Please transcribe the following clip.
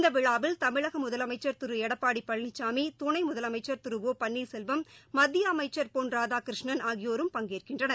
இந்த விழாவில் தமிழக முதலமைச்சர் திரு எடப்பாடி பழனிசாமி துணை முதலமைச்சர் திரு ஒ பள்ளீர்செல்வம் மத்திய அமைச்சர் பொன் ராதாகிருஷ்ணன் ஆகியோரும் பங்கேற்கின்றனர்